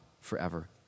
forever